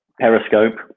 periscope